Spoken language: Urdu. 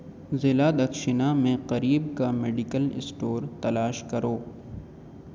ضلع دکشینہ میں قریب کا میڈیکل اسٹور تلاش کرو